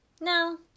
No